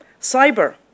Cyber